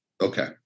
okay